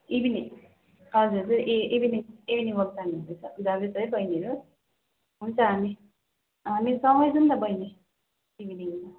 evening हजुर ए evening evening walk जानुहुँदैछ जाँदैछ है बहिनीहरू हुन्छ हामी हामी सँगै जाऔँ न बहिनी इभिनिङमा